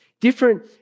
different